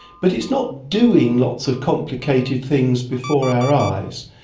but it's not doing lots of complicated things before our eyes.